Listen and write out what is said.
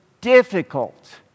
difficult